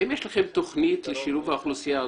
האם יש לכם תוכנית לשילוב האוכלוסייה הזאת?